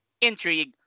intrigue